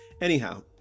Anyhow